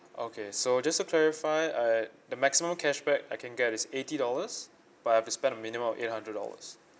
okay so just to clarify I the maximum cashback I can get is eighty dollars but I've to spend a minimum of eight hundred dollars